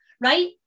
Right